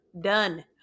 Done